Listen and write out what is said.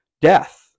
death